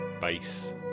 bass